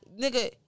Nigga